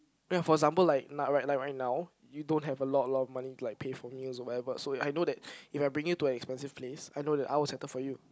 ya for example like now right now you don't have a lot a lot of money like pay for meals or whatever so I know that if I bring you to an expensive place I know that I will settle for you